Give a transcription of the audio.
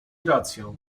rację